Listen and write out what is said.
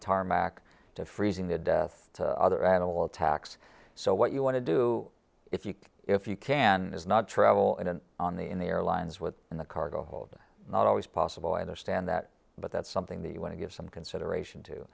tarmac to freezing to death to other animal attacks so what you want to do if you can if you can is not travel in an on the in the airlines with in the cargo hold not always possible i understand that but that's something the you want to give some consideration to